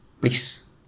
Please